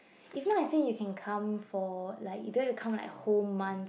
if not I say you can come for like you don't have to come like whole month